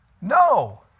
No